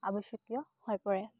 আৱশ্যকীয় হৈ পৰে